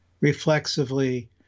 Reflexively